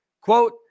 Quote